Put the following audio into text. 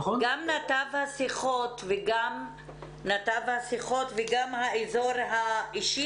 גם נתב השיחות וגם האזור האישי